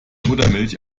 muttermilch